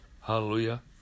Hallelujah